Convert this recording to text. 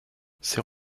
ses